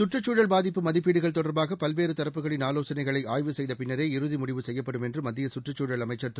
சுற்றுச்சூழல் பாதிப்பு மதிப்பீடுகள் தொடர்பாகபல்வேறுதரப்புகளின் ஆலோசனைகளைஆய்வு செய்தபின்னரே இறுதிமுடிவு செப்யப்படும் என்றுமத்தியகற்றுச் சூழல் அமைச்சர் திரு